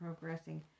progressing